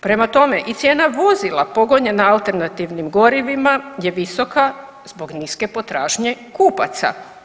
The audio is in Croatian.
Prema tome, i cijena vozila pogonjena alternativnim gorivima je visoka zbog niske potražnje kupaca.